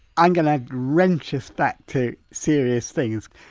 i'm going to wrench us back to serious things.